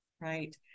right